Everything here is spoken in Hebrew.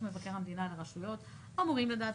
מבקר המדינה על הרשויות אמורות לדעת.